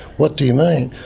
what do you mean?